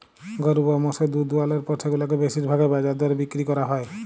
গরু বা মোষের দুহুদ দুয়ালর পর সেগুলাকে বেশির ভাগই বাজার দরে বিক্কিরি ক্যরা হ্যয়